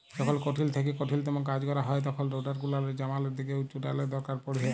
যখল কঠিল থ্যাইকে কঠিলতম কাজ ক্যরা হ্যয় তখল রোডার গুলালের ছামলের দিকে উঁচুটালের দরকার পড়হে